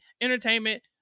entertainment